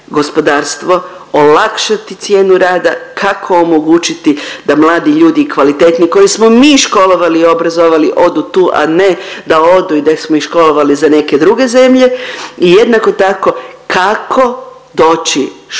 gospodarstvo, olakšati cijenu rada, kako omogućiti da mladi ljudi, kvalitetni koje smo mi školovali i obrazovali odu tu, a ne da odu i da smo ih školovali za neke druge zemlje i jednako tako kako doći što